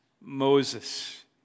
Moses